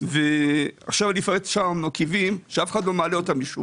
אני אפרט את שאר המרכיבים שמשום מה אף אחד לא מעלה אותם.